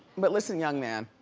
but listen young man,